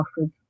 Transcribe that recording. offered